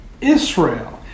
Israel